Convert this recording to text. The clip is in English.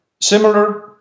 similar